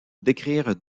décrire